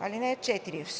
(4) В